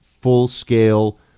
full-scale